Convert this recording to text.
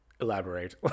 elaborate